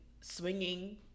swinging